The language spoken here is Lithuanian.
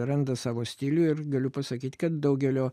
randa savo stilių ir galiu pasakyt kad daugelio